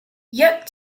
yet